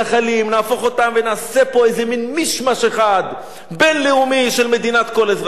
נהפוך אותם ונעשה פה איזה מין מישמש אחד בין-לאומי של מדינת כל אזרחיה.